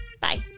Bye